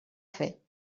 fer